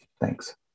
Thanks